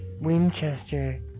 Winchester